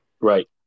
Right